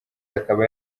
akaba